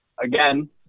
again